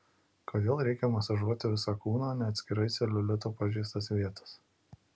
kodėl reikia masažuoti visą kūną o ne atskirai celiulito pažeistas vietas